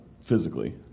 physically